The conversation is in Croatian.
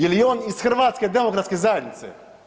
Je li on iz Hrvatske demokratske zajednice?